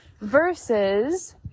versus